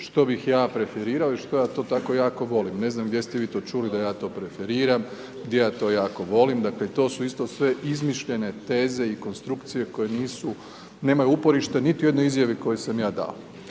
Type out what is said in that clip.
što bih ja preferirao i što ja to tako jako volim, ne znam gdje ste vi to čuli da ja to preferiram, da ja to jako volim, dakle to su isto sve izmišljene teze i konstrukcije koje nisu, nemaju uporište niti u jednoj izjavi koju sam ja dao.